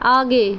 आगे